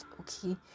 okay